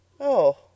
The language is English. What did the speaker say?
Oh